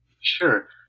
Sure